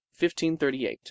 1538